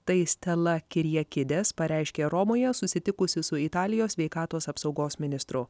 tai stella kyriakides pareiškė romoje susitikusi su italijos sveikatos apsaugos ministru